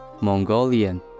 Mongolian